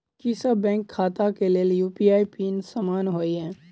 की सभ बैंक खाता केँ लेल यु.पी.आई पिन समान होइ है?